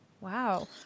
Wow